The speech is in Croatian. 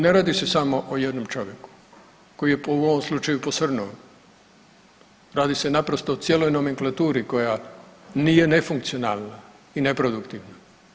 Ne radi se samo o jednom čovjeku koji je u ovom slučaju posrnuo, radi se naprosto o cijeloj nomenklaturi koja nije nefunkcionalna i neproduktivna.